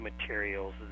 materials